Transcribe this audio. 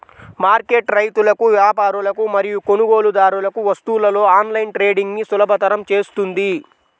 market రైతులకు, వ్యాపారులకు మరియు కొనుగోలుదారులకు వస్తువులలో ఆన్లైన్ ట్రేడింగ్ను సులభతరం చేస్తుంది